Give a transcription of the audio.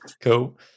cool